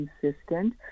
consistent